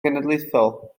genedlaethol